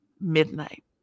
Midnight